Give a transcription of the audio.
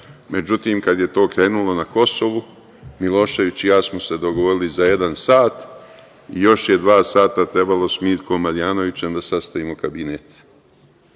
Međutim, kad je to krenulo na Kosovu, Milošević i ja smo se dogovorili za jedan sat i još je dva sata trebalo sa Mirkom Marijanovićem da sastavimo kabinet. To